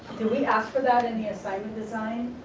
do we ask for that in the assignment design?